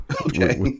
Okay